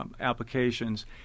applications